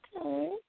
Okay